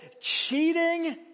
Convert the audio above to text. cheating